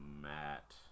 Matt